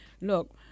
look-